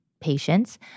patients